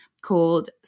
called